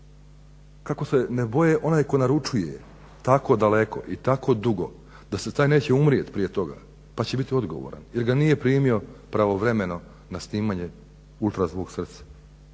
Kako se ne boje onaj tko naručuje tako daleko i tako dugo, da taj neće umrijeti prije toga, pa će bit odgovoran jer ga nije primio pravovremeno na snimanje ultrazvuk srca.